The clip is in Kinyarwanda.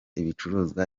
ibicuruzwa